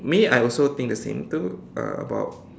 me I also think the same too uh about